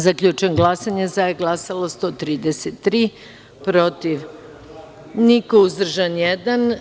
Zaključujem glasanje i saopštavam: za – 133, protiv – niko, uzdržan – jedan.